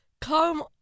come